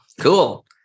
Cool